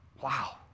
wow